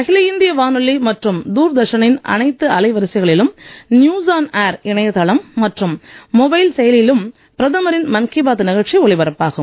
அகில இந்திய வானொலி மற்றும் தூர்தர்ஷனின் அனைத்து அலை வரிசைகளிலும் நியூஸ் ஆன் ஏர் இணையதளம் மற்றும் மொபைல் செயலியிலும் பிரதமரின் மன் கி பாத் நிகழ்ச்சி ஒலிபரப்பாகும்